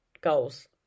goals